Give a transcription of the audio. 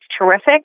terrific